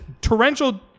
torrential